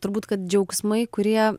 turbūt kad džiaugsmai kurie